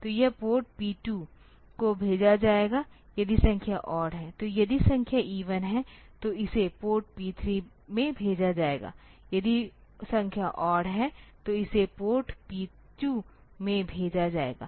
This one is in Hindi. तो यह पोर्ट पी 2 को भेजा जाएगा यदि संख्या ओड है तो यदि संख्या इवन है तो इसे पोर्ट P 3 में भेजा जाएगा यदि संख्या ओड है तो इसे पोर्ट पी 2 में भेजा जाएगा